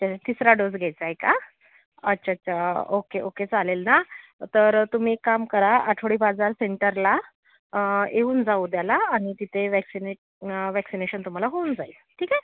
अच्छा तिसरा डोस घ्यायचा आहे का अच्छा अच्छा ओके ओके चालेल ना तर तुम्ही एक काम करा आठवडी बाजार सेंटरला येऊन जा उद्याला आणि तिथे व्हॅक्सिने व्हॅक्सिनेशन तुम्हाला होऊन जाईल ठीक आहे